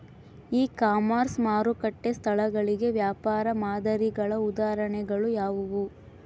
E commerce ಮಾರುಕಟ್ಟೆ ಸ್ಥಳಗಳಿಗೆ ವ್ಯಾಪಾರ ಮಾದರಿಗಳ ಉದಾಹರಣೆಗಳು ಯಾವುವು?